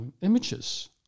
images